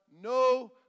no